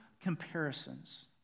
comparisons